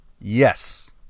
yes